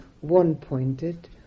one-pointed